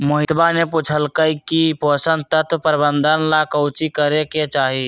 मोहितवा ने पूछल कई की पोषण तत्व प्रबंधन ला काउची करे के चाहि?